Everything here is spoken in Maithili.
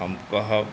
हम कहब